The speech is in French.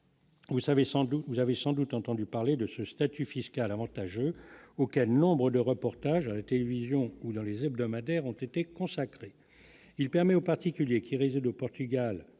vous avez sans doute entendu parler de ce statut fiscal avantageux auquel nombre de reportages à des télévisions ou dans les hebdomadaires ont été consacrés, il permet aux particuliers qui réside au Portugal,